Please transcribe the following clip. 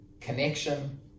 Connection